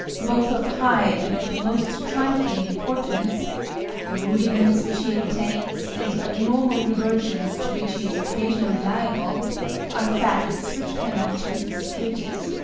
both of high and of the most trifling importance the rudiments which he retains, and the abnormal reversions to which he is occasionally liable are facts which cannot be disputed.